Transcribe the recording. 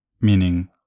meaning